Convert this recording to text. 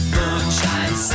Moonshine